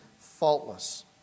faultless